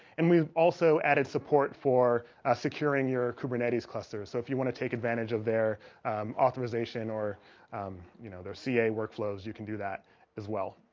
and we've also added support for securing your kubernetes cluster, so if you want to take advantage of their authorization or you know there, ca workflows you can do that as well